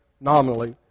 nominally